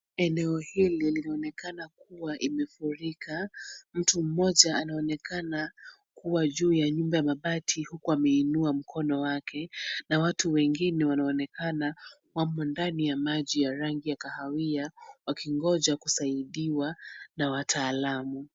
Eneo hili linaonekana kuwa imefurika. Mtu mmoja anaonekana kuwa juu ya nyumba ya mabati uku ameinua mkono wake na watu wengine wanaonekana wapo ndani ya maji ya rangi ya kahawia wakingoja kusaidiwa na wataalamu.